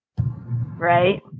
Right